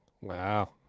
Wow